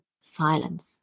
silence